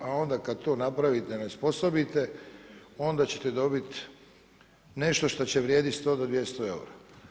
A onda kada to napravite, onesposobite onda ćete dobiti nešto što će vrijediti 100 do 200 eura.